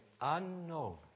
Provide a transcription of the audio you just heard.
unknown